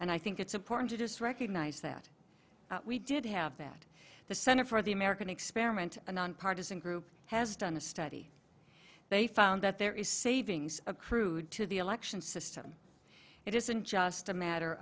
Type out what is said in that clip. and i think it's important to just recognize that we did have that the center for the american experiment a nonpartisan group has done a study they found that there is savings accrued to the election system it isn't just a matter